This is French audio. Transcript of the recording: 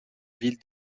ville